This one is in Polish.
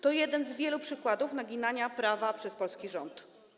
To jeden z wielu przykładów naginania prawa przez polski rząd.